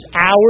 hours